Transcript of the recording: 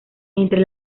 entre